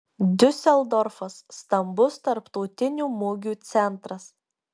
diuseldorfas stambus tarptautinių mugių centras